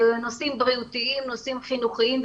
נושאים בריאותיים, נושאים חינוכיים.